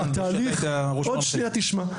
כיו״ר מנח״י.